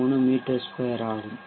63 மீ 2 ஆகும்